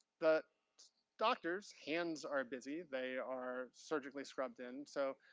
the doctor's hands are busy. they are surgically scrubbed in. so,